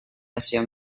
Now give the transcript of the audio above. asia